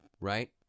right